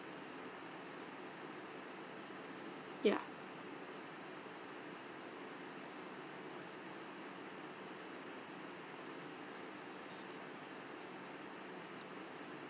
ya